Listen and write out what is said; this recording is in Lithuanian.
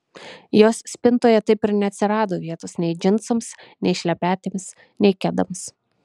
jos spintoje taip ir neatsirado vietos nei džinsams nei šlepetėms nei kedams